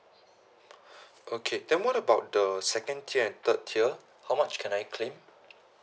okay then what about the second tier and third tier how much can I claim